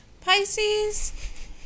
Pisces